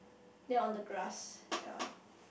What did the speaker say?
then on the grass ye